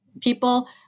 People